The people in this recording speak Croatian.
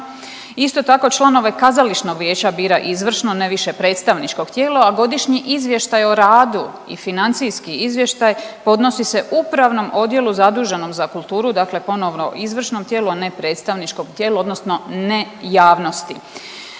Isto tako članove kazališnog vijeća bira izvršno, a ne više predstavničko tijelo, a godišnji izvještaj o radu i financijski izvještaj podnosi se upravnom odjelu zaduženom za kulturu, dakle ponovno izvršnom tijelu, a ne predstavničkom tijelu odnosno ne javnosti.